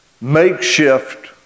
makeshift